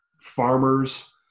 farmers